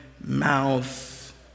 mouth